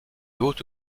haute